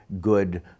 good